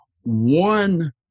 one